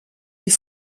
wie